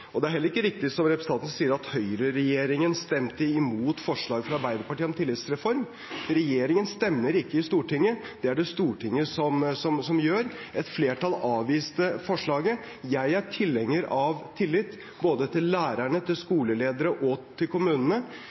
Det er heller ikke riktig som representanten sier, at høyreregjeringen stemte imot forslaget fra Arbeiderpartiet om en tillitsreform. Regjeringen stemmer ikke i Stortinget. Det er det Stortinget som gjør. Et flertall avviste forslaget. Jeg er tilhenger av tillit – både til lærerne, til skolelederne og til kommunene,